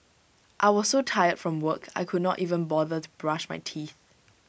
I was so tired from work I could not even bother to brush my teeth